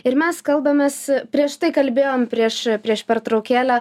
ir mes kalbamės prieš tai kalbėjom prieš prieš pertraukėlę